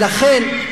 אנחנו חריג.